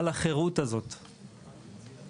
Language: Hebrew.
על החירות הזאת לנשום,